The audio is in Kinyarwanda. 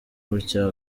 gutya